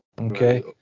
Okay